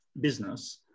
business